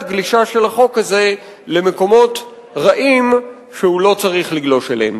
גלישה של החוק הזה למקומות רעים שהוא לא צריך לגלוש אליהם.